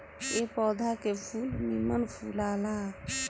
ए पौधा के फूल निमन फुलाला